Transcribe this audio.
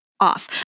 off